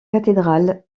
cathédrale